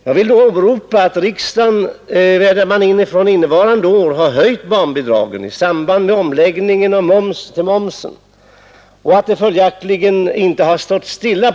Jag vill då erinra om att riksdagen från och med innevarande år har höjt barnbidragen i samband med omläggningen av momsen. På det området har det alltså inte stått stilla.